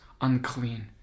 unclean